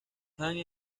jane